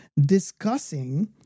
discussing